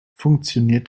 funktioniert